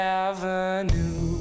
avenue